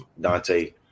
Dante